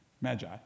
magi